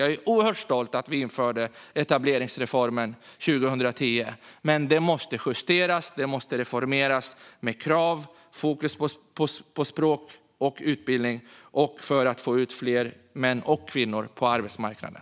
Jag är oerhört stolt över att vi införde etableringsreformen 2010, men den måste justeras och reformeras med krav och fokus på språk och utbildning för att få ut fler män och kvinnor på arbetsmarknaden.